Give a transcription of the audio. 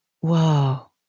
whoa